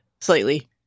slightly